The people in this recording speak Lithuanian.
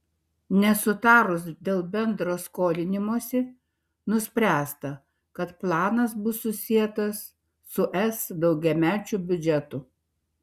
nesutarus dėl bendro skolinimosi nuspręsta kad planas bus susietas su es daugiamečiu biudžetu